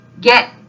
get